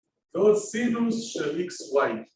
‫קוסינוס של איקס וויי.